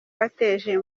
wateje